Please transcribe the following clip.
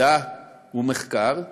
מדע ומחקר,